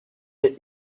est